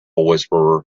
whisperer